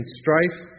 strife